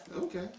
Okay